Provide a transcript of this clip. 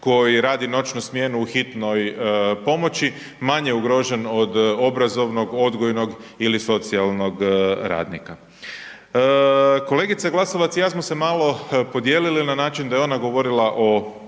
koji radi noćnu smjenu u hitnoj pomoći, manje ugrožen od obrazovno, odgojnog ili socijalnog radnika. Kolegica Glasovac i ja smo se malo podijelili na način da je ona govorila o